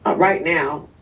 ah right now,